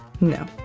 No